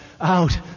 out